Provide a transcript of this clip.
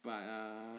but uh